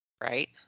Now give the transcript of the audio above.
right